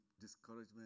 discouragement